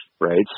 right